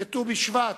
ואת ט"ו בשבט,